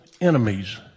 enemies